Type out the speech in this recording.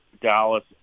Dallas